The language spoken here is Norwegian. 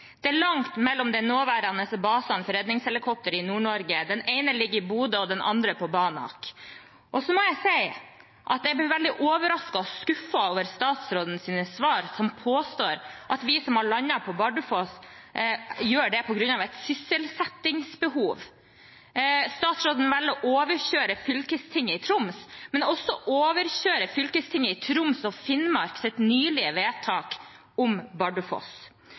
Det er langt mellom de nåværende basene for redningshelikopter i Nord-Norge – den ene ligger i Bodø og den andre på Banak. Så må jeg si at jeg ble veldig overrasket og skuffet over svaret til statsråden, som påstår at vi som har landet på Bardufoss, gjør det på grunn av et sysselsettingsbehov. Statsråden velger å overkjøre fylkestinget i Troms, og også overkjøre fylkestinget i Troms og Finnmarks nylige vedtak om Bardufoss.